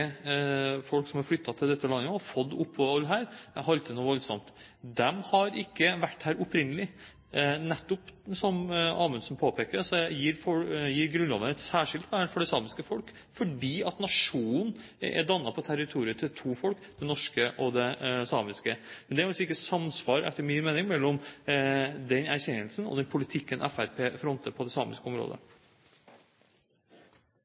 folk som har flyttet til dette landet og fått opphold her, noe voldsomt. De har ikke vært her opprinnelig. Som Amundsen nettopp påpeker, gir Grunnloven et særskilt vern for det samiske folk fordi nasjonen er dannet på territoriet til to folk – det norske og det samiske. Det er etter min mening altså ikke samsvar mellom den erkjennelsen og den politikken Fremskrittspartiet fronter på det samiske området.